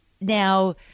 now